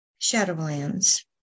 Shadowlands